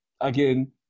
again